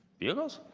vehicles?